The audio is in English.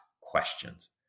questions